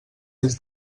des